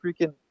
freaking